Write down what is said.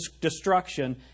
destruction